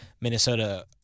Minnesota